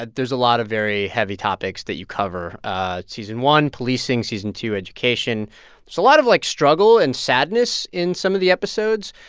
but there's a lot of very heavy topics that you cover ah season one, policing season two, education so a lot of, like, struggle and sadness in some of the episodes.